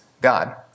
God